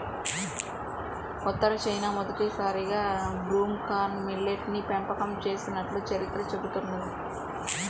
ఉత్తర చైనాలో మొదటిసారిగా broom corn millet ని పెంపకం చేసినట్లు చరిత్ర చెబుతున్నది